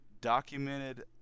documented